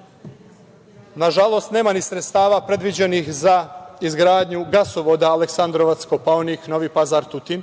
pruge. Nažalost, nema ni sredstava predviđenih za izgradnju gasovoda Aleksandrovac – Kopaonik – Novi Pazar – Tutin.